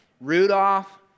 Rudolph